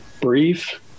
brief